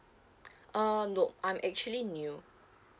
uh no I'm actually new